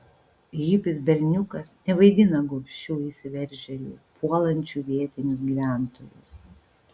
hipis berniukas nevaidina gobšių įsiveržėlių puolančių vietinius gyventojus